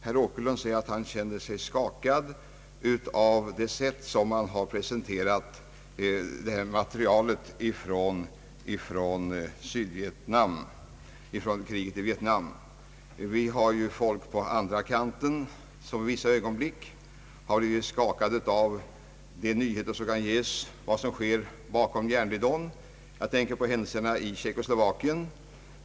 Herr Åkerlund säger att han känner sig skakad av det sätt på vilket massmedia presenterat materialet från kriget i Vietnam. Vi har folk på andra kanten som i vissa ögonblick blivit skakade av de nyheter som ges av vad som sker bakom järnridån. Jag tänker på händelserna i Tjeckoslovakien.